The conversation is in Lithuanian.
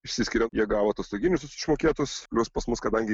išsiskiriam jie gavo atostoginius visus išmokėtus plius pas mus kadangi